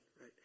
right